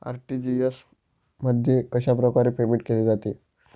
RTGS मध्ये कशाप्रकारे payment केले जाते?